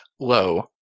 low